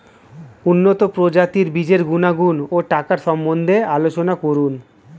উন্নত প্রজাতির বীজের গুণাগুণ ও টাকার সম্বন্ধে আলোচনা করুন